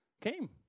Came